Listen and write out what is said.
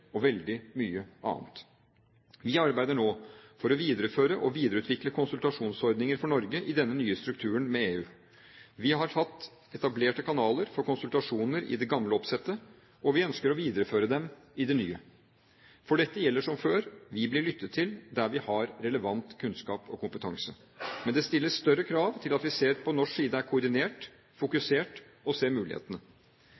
og veldig mye annet. Vi arbeider nå for å videreføre og videreutvikle konsultasjonsordninger for Norge i denne nye strukturen med EU. Vi har hatt etablerte kanaler for konsultasjoner i det gamle oppsettet, og vi ønsker å videreføre dem i det nye. For dette gjelder som før: Vi blir lyttet til der vi har relevant kunnskap og kompetanse. Men det stiller større krav til at vi på norsk side er koordinert,